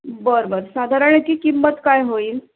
बरं बरं साधारण ह्याची किंमत काय होईल